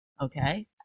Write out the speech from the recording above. okay